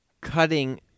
cutting